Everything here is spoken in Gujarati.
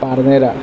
પારનેરા